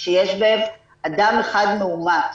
שיש בהם אדם אחד מאומת,